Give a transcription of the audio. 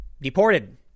deported